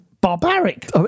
Barbaric